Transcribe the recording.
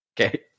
okay